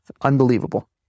Unbelievable